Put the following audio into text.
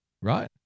Right